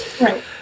Right